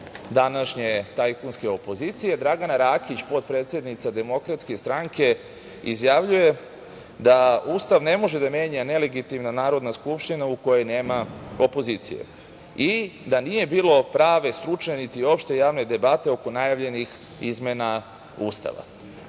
današnje tajkunske opozicije, Dragana Rakić, potpredsednica DS, izjavljuje da Ustav ne može da menja nelegitimna Narodna skupština u kojoj nema opozicije i da nije bilo prave stručne, niti opšte javne debate oko najavljenih izmena Ustava. Znate,